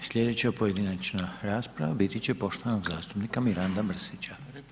I slijedeća pojedinačna rasprava biti će poštovanog zastupnika Miranda Mrsića.